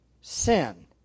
sin